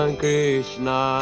krishna